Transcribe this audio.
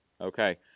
Okay